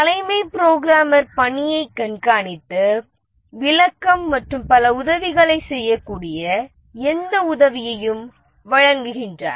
தலைமை புரோகிராமர் பணியைக் கண்காணித்து விளக்கம் மற்றும் பல உதவிகளைச் செய்யக்கூடிய எந்த உதவியையும் வழங்குகின்றார்